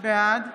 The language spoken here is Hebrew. בעד